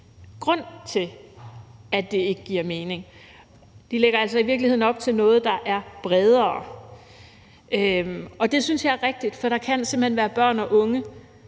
grund til, at det ikke giver mening. De lægger altså i virkeligheden op til noget, der er bredere, og det synes jeg er rigtigt, for der kan simpelt hen være børn og unge